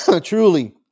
Truly